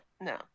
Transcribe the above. no